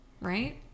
Right